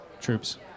troops